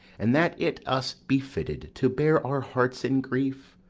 and that it us befitted to bear our hearts in grief,